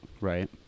right